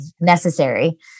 necessary